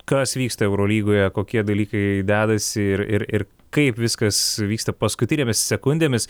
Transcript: kas vyksta eurolygoje kokie dalykai dedasi ir ir ir kaip viskas vyksta paskutinėmis sekundėmis